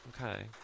Okay